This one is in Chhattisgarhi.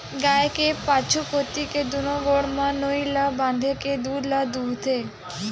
गाय के पाछू कोती के दूनो गोड़ म नोई ल बांधे के दूद ल दूहूथे